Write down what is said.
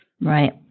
right